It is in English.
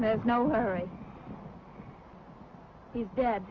there's no hurry he's dead